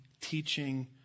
teaching